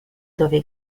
dove